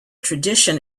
tradition